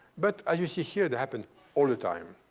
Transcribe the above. but as you see here, they happened all the time.